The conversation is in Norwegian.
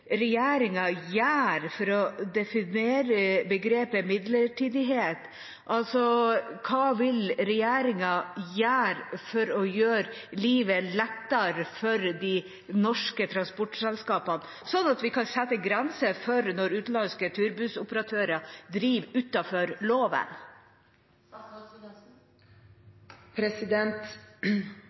for å definere begrepet midlertidighet – hva vil regjeringen gjøre for å gjøre livet lettere for de norske transportselskapene, slik at vi kan sette grenser for når utenlandske turbussoperatører driver